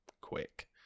quick